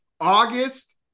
August